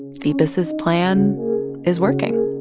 the business plan is working